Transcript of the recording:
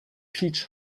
peach